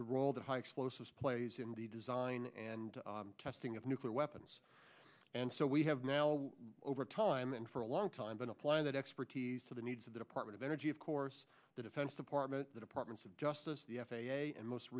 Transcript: the high explosives plays in the design and testing of nuclear weapons and so we have now over time and for a long time been applying that expertise to the needs of the department of energy of course the defense department the department of justice the f a a and most